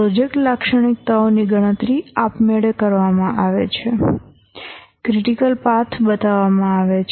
project લાક્ષણિકતાઓની ગણતરી આપમેળે કરવામાં આવે છે ક્રિટિકલ પાથ બતાવવામાં આવે છે